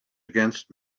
against